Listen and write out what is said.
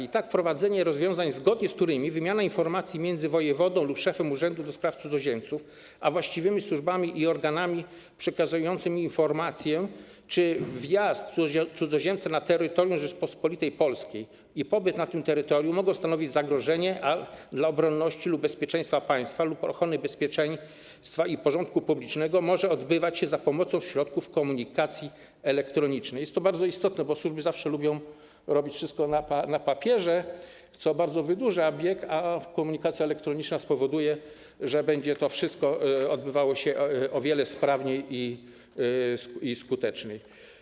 I tak wprowadzenie rozwiązań, zgodnie z którymi wymiana informacji między wojewodą lub szefem Urzędu do Spraw Cudzoziemców a właściwymi służbami i organami przekazującymi informację, czy wjazd cudzoziemcy na terytorium Rzeczypospolitej Polskiej i pobyt na tym terytorium mogą stanowić zagrożenie dla obronności lub bezpieczeństwa państwa lub ochrony bezpieczeństwa i porządku publicznego, może odbywać się za pomocą środków komunikacji elektronicznej, jest bardzo istotne, bo służby zawsze lubią robić wszystko na papierze, co bardzo wydłuża bieg, a komunikacja elektroniczna spowoduje, że będzie to odbywało się o wiele sprawniej i skuteczniej.